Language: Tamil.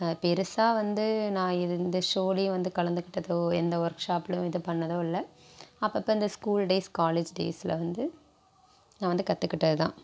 பெருசாக வந்து நான் இ எந்த ஷோலேயும் வந்து கலந்துக்கிட்டதோ எந்த ஒர்க் ஷாப்லேயும் இது பண்ணதோ இல்லை அப்போ அப்போ இந்த ஸ்கூல் டேஸ் காலேஜ் டேஸில் வந்த நான் வந்து கற்றுக்கிட்டது தான்